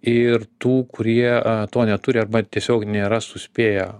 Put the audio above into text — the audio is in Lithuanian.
ir tų kurie a to neturi arba tiesiog nėra suspėję